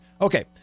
Okay